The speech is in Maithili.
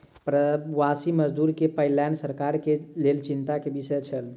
प्रवासी मजदूर के पलायन सरकार के लेल चिंता के विषय छल